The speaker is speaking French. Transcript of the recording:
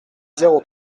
zéro